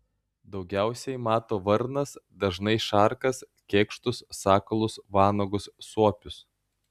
daugiausiai mato varnas dažnai šarkas kėkštus sakalus vanagus suopius